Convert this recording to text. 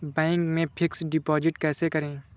Bank में fix deposit कैसे करें?